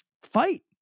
fight